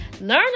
learn